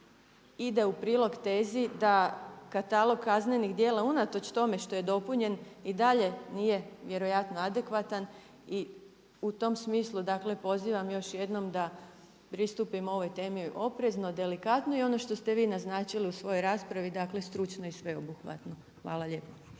ide u prilog tezi da katalog kaznenih djela unatoč tome što je dopunjen i dalje nije vjerojatno adekvatan i u tom smislu dakle pozivam još jednom da pristupimo ovoj temi oprezno, delikatno. I ono što ste vi naznačili u svojoj raspravi dakle stručno i sveobuhvatno. Hvala lijepa.